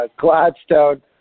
Gladstone